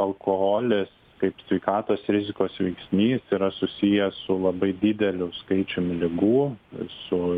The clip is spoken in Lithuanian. alkoholis kaip sveikatos rizikos veiksnys yra susijęs su labai dideliu skaičiumi ligų su